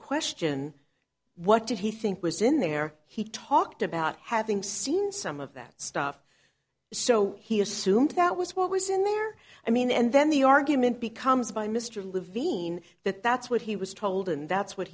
question what did he think was in there he talked about having seen some of that stuff so he assumed that was what was in there i mean and then the argument becomes by mr levine that that's what he was told and that's what